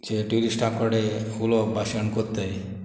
जे ट्युरिस्टा कडेन उलोवप भाशण कोत्ताय